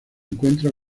encuentra